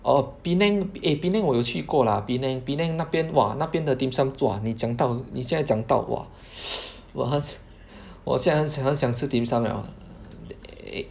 orh Penang eh Penang 我有去过 lah Penang Penang 那边 !wah! 那边的 dim sum !wah! 你讲到你现在讲到 !wah! 我很我现在很想很想吃 dim sum liao uh eh